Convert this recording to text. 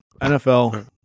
NFL